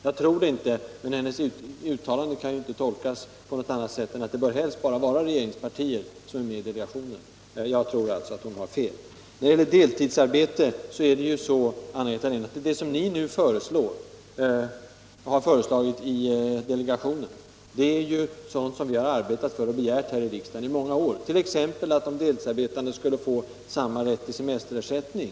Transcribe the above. Jag tror det inte, men hennes uttalande kan ju inte tolkas på något annat sätt än att det helst bara bör vara regeringspartier med i delegationen. Jag tror alltså att hon har fel. När det gäller delidsarbete är det som ni nu föreslagit i delegationen sådant som vi har arbetat för och begärt här i riksdagen i många år. Vi har t.ex. begärt att de deltidsarbetande skulle få samma rätt till semesterersättning.